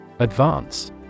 Advance